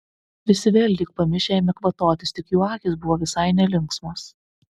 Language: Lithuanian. visi vėl lyg pamišę ėmė kvatotis tik jų akys buvo visai nelinksmos